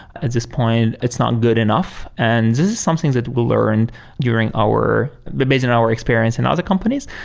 at this point, it's not good enough. and this is something that we learned during our but based on our experience in other companies.